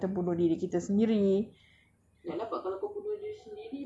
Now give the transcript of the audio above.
there's the the the the thing that we can do lah kita bunuh diri kita sendiri